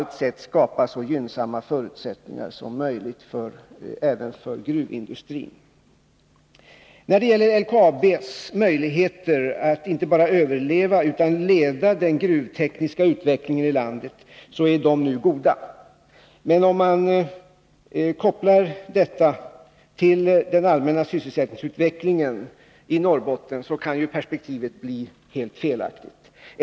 LKAB:s möjligheter inte bara att överleva utan också att leda den gruvtekniska utvecklingen i landet är nu goda. Men om man kopplar detta till den allmänna sysselsättningsutvecklingen i Norrbotten, kan ju perspektivet bli helt felaktigt.